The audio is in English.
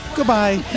Goodbye